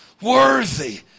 worthy